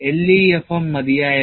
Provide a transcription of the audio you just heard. LEFM മതിയായിരുന്നു